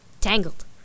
Tangled